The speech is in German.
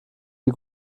die